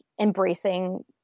embracing